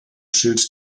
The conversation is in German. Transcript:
schild